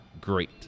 great